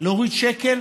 להוריד שקל,